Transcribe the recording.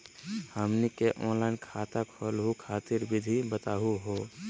हमनी के ऑनलाइन खाता खोलहु खातिर विधि बताहु हो?